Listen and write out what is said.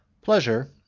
Pleasure